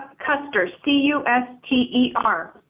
custer, c u s t e r.